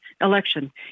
election